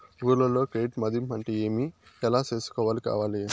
ఊర్లలో క్రెడిట్ మధింపు అంటే ఏమి? ఎలా చేసుకోవాలి కోవాలి?